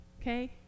Okay